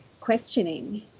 questioning